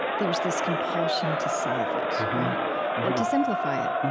there's this compulsion to solve it or to simplify it.